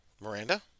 Miranda